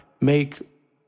make